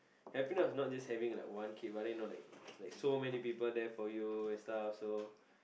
happiness not just having like one kid but then you know like like so many people there for you and stuff so